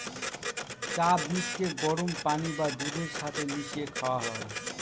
চা বীজকে গরম পানি বা দুধের সাথে মিশিয়ে খাওয়া হয়